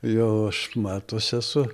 jau aš metuose esu